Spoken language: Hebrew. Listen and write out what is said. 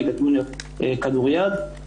ליגת וינר כדור יד,